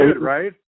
right